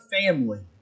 family